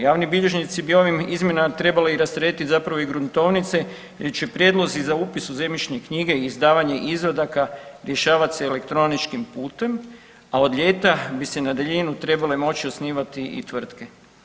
Javni bilježnici bi ovim izmjenama trebali i rasteretit zapravo i gruntovnice jer će prijedlozi za upis u zemljišne knjige i izdavanje izvadaka rješavat se elektroničkim putem, a od ljeta bi se na daljinu trebale moći osnivati i tvrtke.